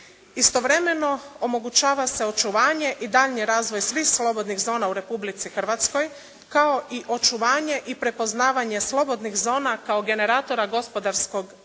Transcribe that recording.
Istovremeno, omogućava se očuvanje i daljnji razvoj svih slobodnih zona u Republici Hrvatskoj kao i očuvanje i prepoznavanje slobodnih zona kao generatora gospodarskog rasta